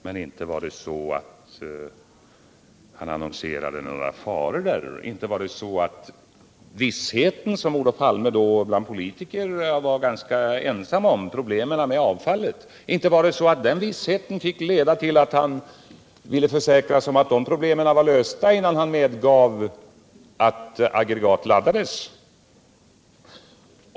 Men inte var det så att han i det sammanhanget annonserade några farhågor. Inte var det så att den kännedom som Olof Palme då hade om avfallsproblemen — och som han var ganska ensam om bland politiker — ledde till att han först ville försäkra sig om att problemen var lösta innan han medgav att något aggregat fick laddas.